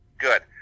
Good